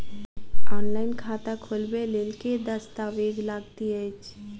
Online खाता खोलबय लेल केँ दस्तावेज लागति अछि?